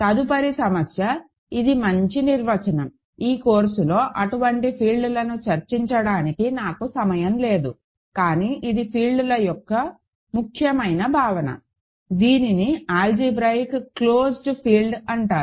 తదుపరి సమస్య ఇది మంచి నిర్వచనం ఈ కోర్సులో అటువంటి ఫీల్డ్లను చర్చించడానికి నాకు సమయం లేదు కానీ ఇది ఫీల్డ్ల యొక్క ముఖ్యమైన భావన దీనిని ఆల్జీబ్రాయిక్ క్లోజ్డ్ ఫీల్డ్ అంటారు